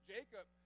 Jacob